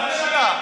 תתבייש אתה.